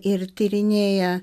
ir tyrinėja